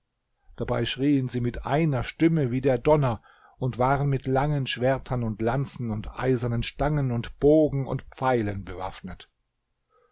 dabei schrieen sie mit einer stimme wie der donner und waren mit langen schwertern und lanzen und eisernen stangen und bogen und pfeilen bewaffnet